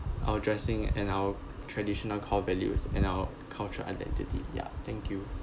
our dressing and our traditional core values and our cultural identity ya thank you